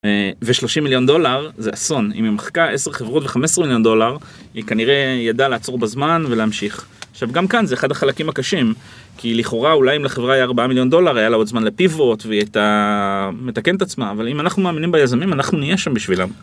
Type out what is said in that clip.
ו-30 מיליון דולר זה אסון, אם היא מחקה 10 חברות ו-15 מיליון דולר היא כנראה ידעה לעצור בזמן ולהמשיך. עכשיו גם כאן זה אחד החלקים הקשים, כי לכאורה אולי אם לחברה היה 4 מיליון דולר היה לה עוד זמן לפיברות והיא היתה מתקנת את עצמה, אבל אם אנחנו מאמינים ביזמים אנחנו נהיה שם בשבילה.